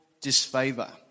disfavor